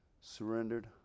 surrendered